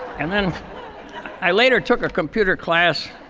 and then i later took a computer class.